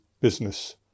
business